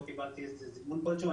לא קיבלתי איזה זימון כלשהו.